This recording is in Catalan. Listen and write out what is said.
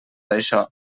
això